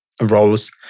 roles